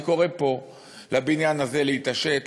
אני קורא פה לבניין הזה להתעשת,